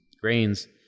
grains